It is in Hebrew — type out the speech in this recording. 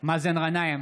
מאזן גנאים,